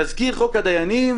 תזכיר חוק הדיינים